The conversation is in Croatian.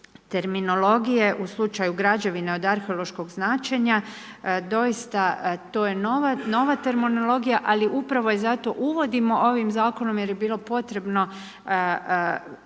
terminologije u slučaju građevina od arheološkog značenja. Doista, to je nova terminologija, ali upravo je zato uvodimo ovim Zakonom jer je bilo potrebno uskladiti